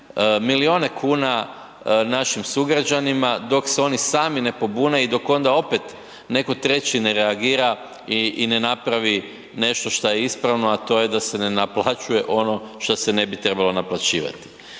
milione kuna našim sugrađanima dok se oni sami ne pobune i dok onda opet netko treći ne reagira i ne napravi nešto šta je ispravno, a to je da se ne naplaćuje ono što se ne bi trebalo naplaćivati.